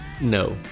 no